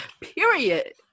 period